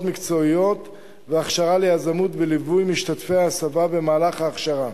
מקצועיות והכשרה ליזמות וליווי משתתפי ההסבה במהלך ההכשרה.